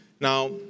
Now